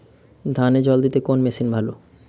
ধানে জল দিতে কোন মেশিন ভালো?